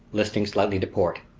listing slightly to port.